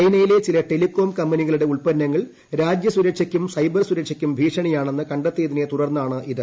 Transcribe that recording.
ചൈനയിലെ ചില ടെലികോം കമ്പനികളുടെ ഉത്പന്നങ്ങൾ രാജ്യസൂരക്ഷക്കും സൈബർസൂരക്ഷയ്ക്കും ഭീഷണിയാണെന്ന് കണ്ടെത്തിയതിനെ തുടർന്നാണിത്